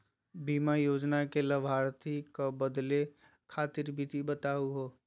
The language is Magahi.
बीमा योजना के लाभार्थी क बदले खातिर विधि बताही हो?